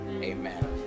Amen